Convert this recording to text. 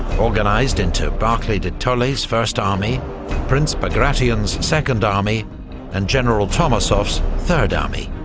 organised into barclay de tolly's first army prince bagration's second army and general tormasov's third army.